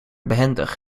behendig